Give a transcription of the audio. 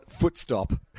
Footstop